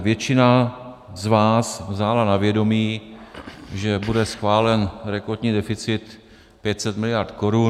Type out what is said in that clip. Většina z vás vzala na vědomí, že bude schválen rekordní deficit 500 miliard korun.